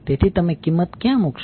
તેથી તમે કિંમત ક્યાં મૂકશો